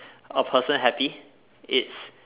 a person happy it's